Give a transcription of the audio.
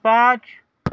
پانچ